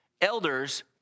Elders